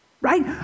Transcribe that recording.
right